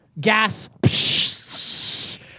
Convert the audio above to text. gas